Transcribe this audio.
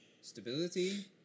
stability